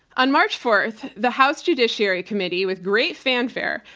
on march fourth, the house judiciary committee, with great fanfare,